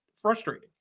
frustrating